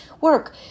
work